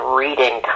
reading